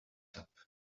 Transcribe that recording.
top